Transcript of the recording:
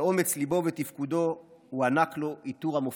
על אומץ ליבו ותפקודו הוענק לו עיטור המופת.